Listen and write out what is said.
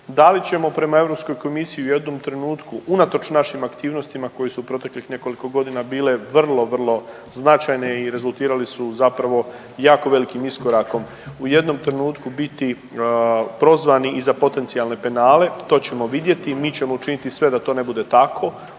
Da li ćemo prema Europskoj komisiji u jednom trenutku unatoč našim aktivnostima koje su proteklih nekoliko godina bile vrlo, vrlo značajne i rezultirali su zapravo jako velikim iskorakom u jednom trenutku biti prozvani i za potencijalne penale, to ćemo vidjeti. Mi ćemo učiniti sve da to ne bude tako.